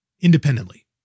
independently